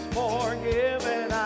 forgiven